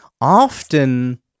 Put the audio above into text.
often